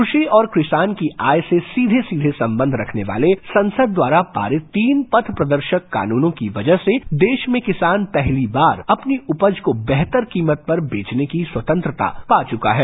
कृषि और किसान की आय से सीधे सीधे संबंध रखने वाले संसद द्वारा पारित तीन पथप्रदर्शक कानुनों की वजह से देश में किसान पहली बार अपनी उपज को बेहतर कीमत पर बेचने की स्वतंत्रता पा चुका है